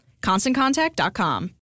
ConstantContact.com